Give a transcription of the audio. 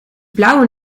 blauwe